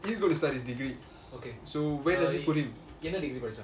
he is going to start his degree so where does that he put it